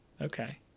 Okay